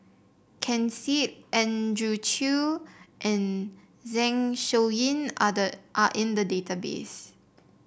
Ken Seet Andrew Chew and Zeng Shouyin are the are in the database